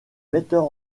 metteurs